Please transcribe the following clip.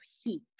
heat